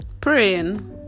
praying